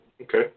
Okay